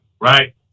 right